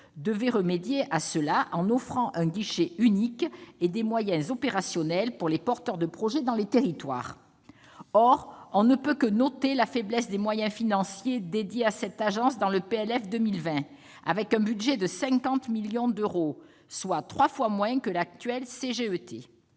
devait y remédier, en offrant un guichet unique et des moyens opérationnels pour les porteurs de projets dans les territoires. Or on ne peut que noter la faiblesse des moyens financiers dédiés à cette agence dans le projet de loi de finances pour 2020, avec un budget de 50 millions d'euros, soit trois fois moins que le